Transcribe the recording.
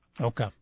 Okay